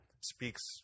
speaks